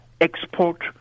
export